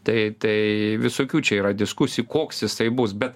tai tai visokių čia yra diskusijų koks jisai bus be